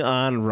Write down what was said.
on